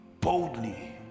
boldly